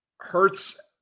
hurts